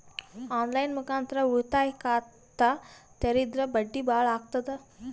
On line ಮುಖಾಂತರ ಉಳಿತಾಯ ಖಾತ ತೇರಿದ್ರ ಬಡ್ಡಿ ಬಹಳ ಅಗತದ?